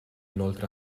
inoltre